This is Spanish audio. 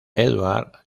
edwards